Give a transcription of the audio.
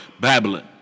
Babylon